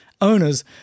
owners